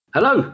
Hello